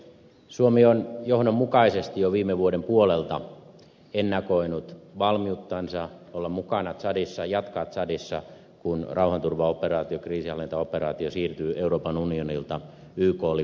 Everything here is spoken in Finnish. suomi on johdonmukaisesti jo viime vuoden puolelta ennakoinut valmiuttansa olla mukana tsadissa jatkaa tsadissa kun rauhanturvaoperaatio kriisinhallintaoperaatio siirtyy euroopan unionilta yk lipun alle